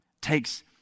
takes